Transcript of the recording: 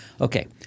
Okay